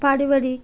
পারিবারিক